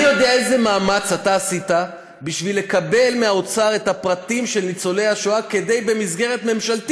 הרשות למשפט טכנולוגי ומידע במשרד